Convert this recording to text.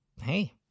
hey